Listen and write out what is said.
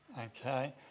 Okay